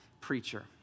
preacher